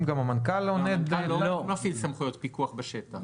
המנכ"ל לא מפעיל סמכויות פיקוח בשטח.